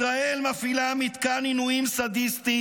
ישראל מפעילה מתקן עינויים סדיסטי